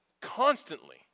constantly